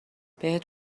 بهت